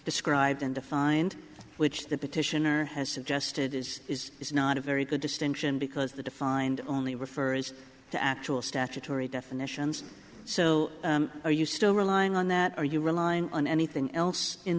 described and defined which the petitioner has suggested is is not a very good distinction because the defined only refers to actual statutory definitions so are you still relying on that are you relying on anything else in